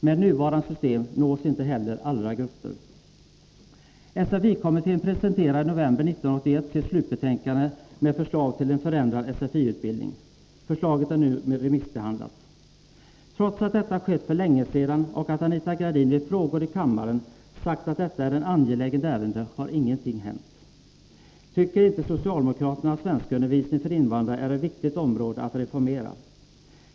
Med nuvarande system nås inte heller alla grupper. SFI-kommittén presenterade i november 1981 sitt slutbetänkande med förslag till en förändrad SFI-utbildning. Förslaget är nu remissbehandlat. Trots att det skedde för länge sedan och Anita Gradin vid frågor i kammaren sagt att detta är ett angeläget ärende har ingenting hänt. Tycker inte socialdemokraterna att svenskundervisning för invandrare är ett viktigt område att reformera?